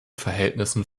verhältnissen